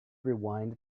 rewind